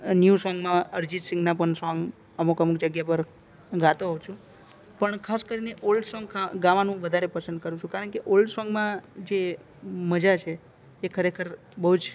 new સોંગમાં અરીજીત સિંઘના પણ સોંગ અમુક અમુક જગ્યા પર ગાતો હોવ છું પણ ખાસ કરીને ઓલ્ડ સોંગ ગા ગાવાનું વધારે પસંદ કરું છું કારણકે ઓલ્ડ સોંગમાં જે મજા છે એ ખરેખર બહુ જ